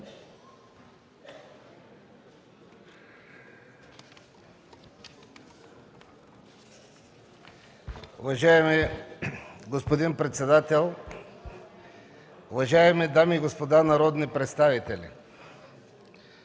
Уважаеми господин председател, уважаеми дами и господа народни представители!